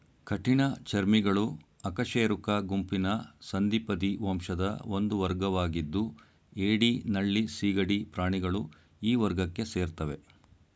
ಕಠಿಣ ಚರ್ಮಿಗಳು ಅಕಶೇರುಕ ಗುಂಪಿನ ಸಂಧಿಪದಿ ವಂಶದ ಒಂದು ವರ್ಗವಾಗಿದ್ದು ಏಡಿ ನಳ್ಳಿ ಸೀಗಡಿ ಪ್ರಾಣಿಗಳು ಈ ವರ್ಗಕ್ಕೆ ಸೇರ್ತವೆ